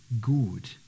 good